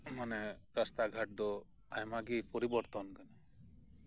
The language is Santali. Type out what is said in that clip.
ᱢᱟᱱᱮ ᱨᱟᱥᱛᱟ ᱜᱷᱟᱴ ᱫᱚ ᱟᱭᱢᱟ ᱜᱮ ᱯᱚᱨᱤᱵᱚᱨᱛᱚᱱ ᱠᱟᱱᱟ